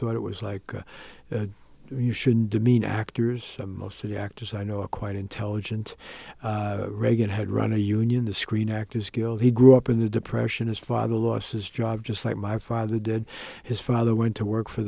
thought it was like you shouldn't demean actors most of the actors i know are quite intelligent reagan had run a union the screen actors guild he grew up in the depression his father lost his job just like my father did his father went to work for